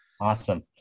awesome